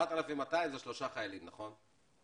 4,200 זה ל-3 חיילים, נכון?